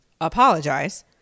apologize